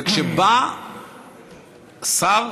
וכשבא שר,